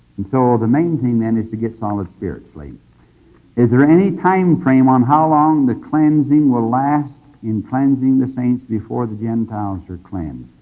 and so the main thing then is to get solid spiritually. question is there any timeframe on how long the cleansing will last in cleansing the saints before the gentiles are cleansed?